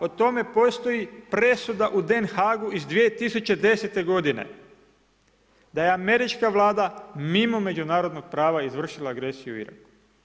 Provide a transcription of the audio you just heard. O tome postoji presuda u Den Haagu iz 2010. g., da je američka Vlada mimo međunarodnog prava izvršila agresiju u Iraku.